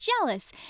jealous